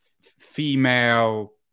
female